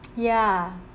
ya